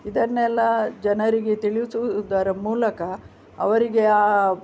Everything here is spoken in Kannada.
ಇದನ್ನೆಲ್ಲ ಜನರಿಗೆ ತಿಳಿಸುವುದರ ಮೂಲಕ ಅವರಿಗೆ ಆ